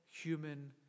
human